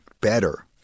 better